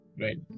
Right